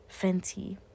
fenty